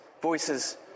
voices